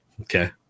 Okay